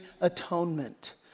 atonement